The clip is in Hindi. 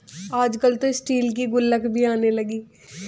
आजकल तो स्टील के गुल्लक भी आने लगे हैं